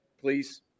please